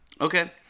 Okay